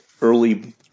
early